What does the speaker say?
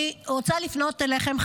אני רוצה לפנות אליכם,